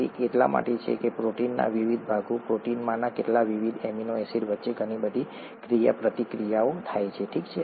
તે એટલા માટે છે કે પ્રોટીનના વિવિધ ભાગો પ્રોટીનમાંના વિવિધ એમિનો એસિડ વચ્ચે ઘણી બધી ક્રિયાપ્રતિક્રિયાઓ થાય છે ઠીક છે